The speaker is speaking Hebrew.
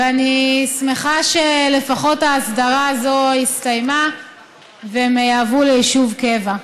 ואני שמחה שלפחות ההסדרה הזו הסתיימה והם יעברו ליישוב קבע.